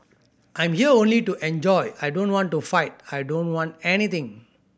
I'm here only to enjoy I don't want to fight I don't want anything